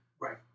right